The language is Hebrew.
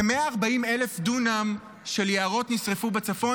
כ-140,000 דונם של יערות נשרפו בצפון,